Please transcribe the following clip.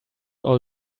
all